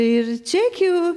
ir čekių